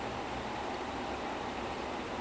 like finally after like four years